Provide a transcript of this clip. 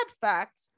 fact